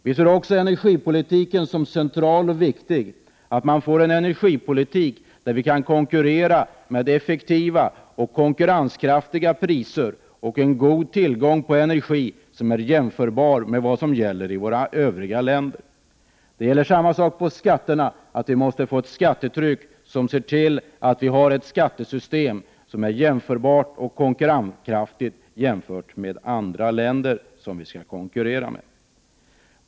Vi ser också energipolitiken som central och viktig, dvs. att man får en energipolitik där vi kan konkurrera med effektiva och konkurrenskraftiga priser och med en god tillgång på energi som är jämförbar med vad som gäller i våra grannländer. Samma sak gäller skatterna, dvs. att vi ser till att vi får ett skattesystem med ett skattetryck som är jämförbart med andra länders och konkurrenskraftigt i förhållande till de länder som vi konkurrerar med.